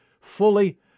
Fully